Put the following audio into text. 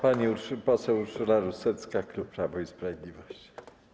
Pani poseł Urszula Rusecka, klub Prawo i Sprawiedliwość.